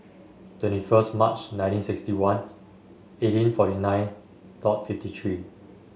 twenty first March nineteen sixty one eighteen forty nine dot fifty three